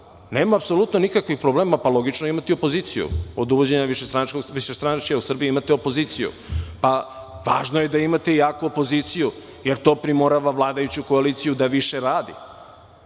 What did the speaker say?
nema apsolutno nikakvih problema, logično je imati opoziciju. Od uvođenja višestranačja u Srbiji imate opoziciju. Važno je da imate jaku opoziciju jer primorava vladajuću koaliciju da više radi,